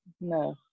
No